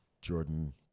Jordan